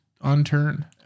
unturned